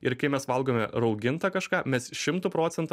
ir kai mes valgome raugintą kažką mes šimtu procentų